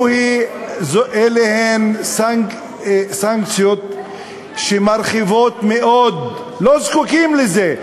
אלה הן סנקציות שמרחיבות מאוד, לא זקוקים לזה.